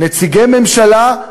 נציגי הממשלה,